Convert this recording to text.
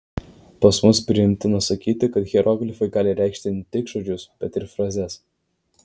pas mus priimtina sakyti kad hieroglifai gali reikšti ne tik žodžius bet ir frazes